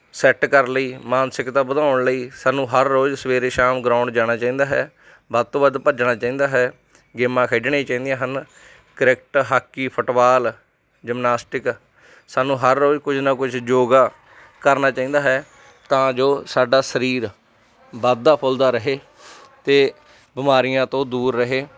set ਕਰਨ ਲਈ ਮਾਨਸਿਕਤਾ ਵਧਾਉਣ ਲਈ ਸਾਨੂੰ ਹਰ ਰੋਜ਼ ਸਵੇਰੇ ਸ਼ਾਮ ਗਰਾਉਂਡ ਜਾਣਾ ਚਾਹੀਦਾ ਹੈ ਵੱਧ ਤੋਂ ਵੱਧ ਭੱਜਣਾ ਚਾਹੀਦਾ ਹੈ ਗੇਮਾਂ ਖੇਡਣੀਆਂ ਚਾਹੀਦੀਆਂ ਹਨ ਕ੍ਰਿਕਟ ਹਾਕੀ ਫੁੱਟਬਾਲ ਜਿਮਨਾਸਟਿਕ ਸਾਨੂੰ ਹਰ ਰੋਜ਼ ਕੁਝ ਨਾ ਕੁਝ ਯੋਗਾ ਕਰਨਾ ਚਾਹੀਦਾ ਹੈ ਤਾਂ ਜੋ ਸਾਡਾ ਸਰੀਰ ਵੱਧਦਾ ਫੁੱਲਦਾ ਰਹੇ ਅਤੇ ਬਿਮਾਰੀਆਂ ਤੋਂ ਦੂਰ ਰਹੇ